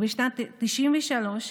ובשנת 1993,